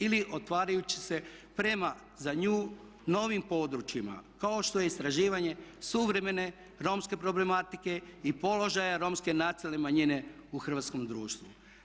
Ili otvarajući se prema za nju novim područjima kao što je istraživanje suvremene romske problematike i položaja Romske nacionalne manjine u hrvatskom društvu.